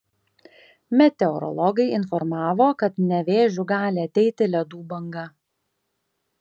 meteorologai informavo kad nevėžiu gali ateiti ledų banga